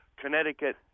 Connecticut